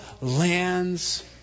lands